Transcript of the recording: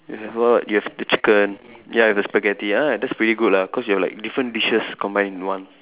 you have the you have the chicken ya and the spaghetti ya that's pretty good lah cause you have like different dishes combined into one